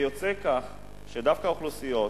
יוצא כך, שדווקא האוכלוסיות,